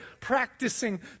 practicing